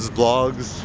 blogs